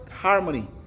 harmony